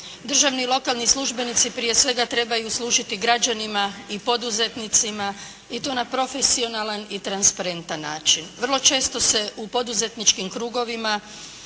Državni i lokalni službenici prije svega trebaju služiti građanima i poduzetnicima i to na profesionalan i transparentan način. Vrlo često se u poduzetničkim krugovima,